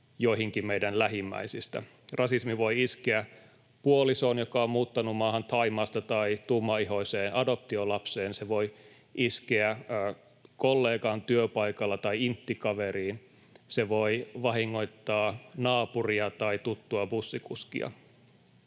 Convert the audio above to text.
joihinkin meidän lähimmäisistä. Rasismi voi iskeä puolisoon, joka on muuttanut maahan Thaimaasta, tai tummaihoiseen adoptiolapseen. Se voi iskeä kollegaan työpaikalla tai inttikaveriin. Se voi vahingoittaa naapuria tai tuttua bussikuskia.